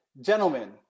Gentlemen